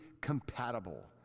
compatible